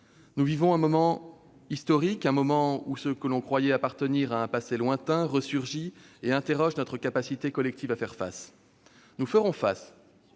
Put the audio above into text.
Nous vivons un moment historique ; un moment où ce que l'on croyait appartenir à un passé lointain ressurgit et interroge notre capacité collective à faire face. Nous ferons face,